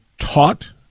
taught